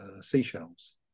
seashells